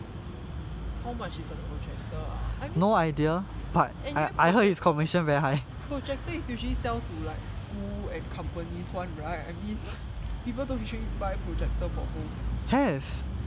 how much is a projector ah I mean anyway projector is usually sell to like school and companies [one] right I mean people don't usually buy projector for home